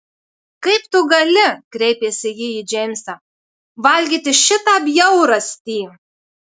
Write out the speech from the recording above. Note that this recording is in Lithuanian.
kaip tu gali kreipėsi ji į džeimsą valgyti šitą bjaurastį